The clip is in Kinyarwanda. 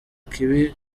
kibi